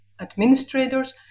administrators